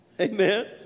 Amen